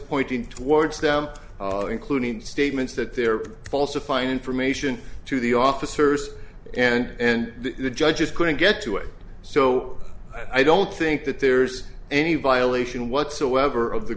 pointing towards them including statements that they're falsifying information to the officers and the judges couldn't get to it so i don't think that there's any violation whatsoever of the